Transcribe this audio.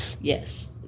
Yes